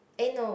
eh no